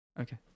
Okay